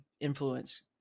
influence